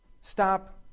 Stop